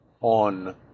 on